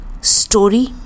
story